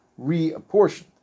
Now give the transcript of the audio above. reapportioned